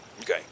Okay